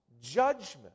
judgment